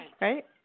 right